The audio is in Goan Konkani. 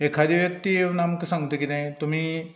एखादे व्यक्ती येवन आमकां सांगता कितें तुमी